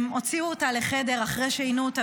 הם הוציאו אותה לחדר אחרי שעינו אותה,